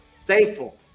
thankful